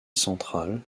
central